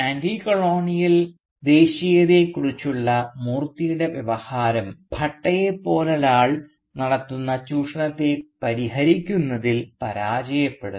anticolonial ദേശീയതയെക്കുറിച്ചുള്ള മൂർത്തിയുടെ വ്യവഹാരം ഭട്ടയെപ്പോലൊരാൾ നടത്തുന്ന ചൂഷണത്തെ പരിഹരിക്കുന്നതിൽ പരാജയപ്പെടുന്നു